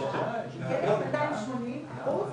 אוי,